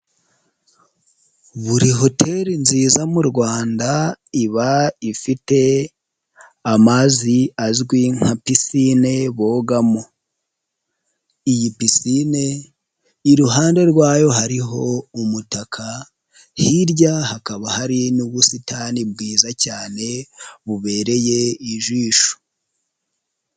Buri hoteli nziza mu rwanda, iba ifite amazi azwi nka pisine bogamo. Iyi pisine iruhande rwayo hariho umutaka, hirya hakaba hari n'ubusitani bwiza cyane bubereye ijisho.